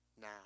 now